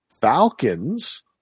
Falcons